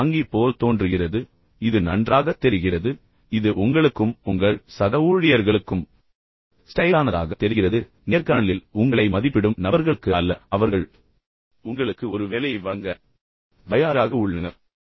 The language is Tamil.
இது பங்கி போல் தோன்றுகிறது இது நன்றாக தெரிகிறது இது உங்களுக்கும் உங்கள் சக ஊழியர்களுக்கும் ஸ்டைலானதாகத் தெரிகிறது நேர்காணலில் உட்கார்ந்து உங்களை மதிப்பிடும் முறையான நபர்களுக்கு அல்ல அவர்கள் உங்களுக்கு ஒரு வேலையை வழங்க தயாராக உள்ளனர்